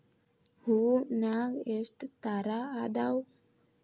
ಹೂನ್ಯಾಗ ಎಷ್ಟ ತರಾ ಅದಾವ್?